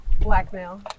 Blackmail